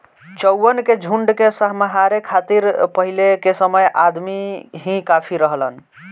चउवन के झुंड के सम्हारे खातिर पहिले के समय अदमी ही काफी रहलन